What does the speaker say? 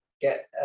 get